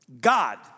God